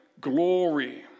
glory